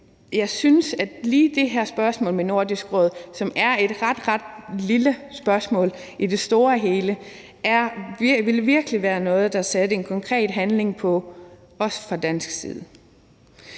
jeg synes, at lige det her spørgsmål om Nordisk Råd, som er et ret, ret lille spørgsmål i det store og hele, virkelig ville være noget, der satte konkret handling bag det, også fra dansk side.